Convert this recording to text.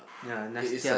ya Nestia